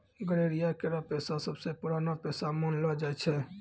गड़ेरिया केरो पेशा सबसें पुरानो पेशा मानलो जाय छै